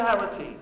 charity